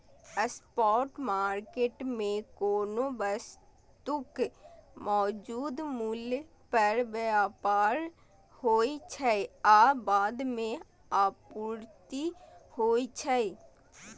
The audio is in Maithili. स्पॉट मार्केट मे कोनो वस्तुक मौजूदा मूल्य पर व्यापार होइ छै आ बाद मे आपूर्ति होइ छै